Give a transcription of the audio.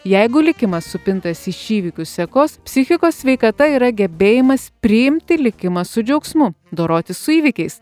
jeigu likimas supintas iš įvykių sekos psichikos sveikata yra gebėjimas priimti likimą su džiaugsmu dorotis su įvykiais